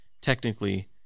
technically